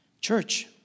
Church